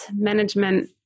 management